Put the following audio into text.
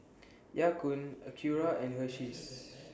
Ya Kun Acura and Hersheys